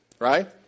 Right